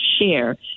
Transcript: share